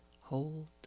hold